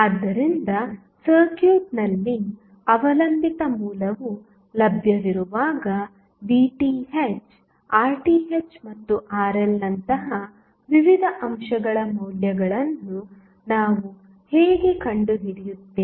ಆದ್ದರಿಂದ ಸರ್ಕ್ಯೂಟ್ನಲ್ಲಿ ಅವಲಂಬಿತ ಮೂಲವು ಲಭ್ಯವಿರುವಾಗ VTh RTh ಮತ್ತು RL ನಂತಹ ವಿವಿಧ ಅಂಶಗಳ ಮೌಲ್ಯಗಳನ್ನು ನಾವು ಹೇಗೆ ಕಂಡುಹಿಡಿಯುತ್ತೇವೆ